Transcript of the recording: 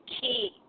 key